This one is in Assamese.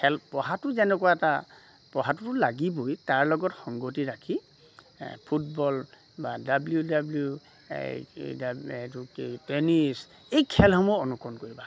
খেল পঢ়াটো যেনেকুৱা এটা পঢ়াটোতো লাগিবই তাৰ লগত সংগতি ৰাখি ফুটবল বা ডাব্লিউ ডাব্লিউ এই এইটো টেনিছ এই খেলসমূহ অনুকৰণ কৰিবা